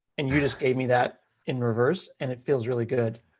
and you just gave me that in reverse, and it feels really good.